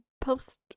post